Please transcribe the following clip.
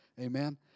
amen